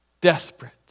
desperate